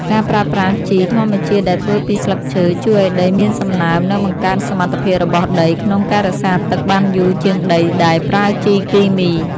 ការប្រើប្រាស់ជីធម្មជាតិដែលធ្វើពីស្លឹកឈើជួយឱ្យដីមានសំណើម និងបង្កើនសមត្ថភាពរបស់ដីក្នុងការរក្សាទឹកបានយូរជាងដីដែលប្រើជីគីមី។